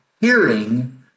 hearing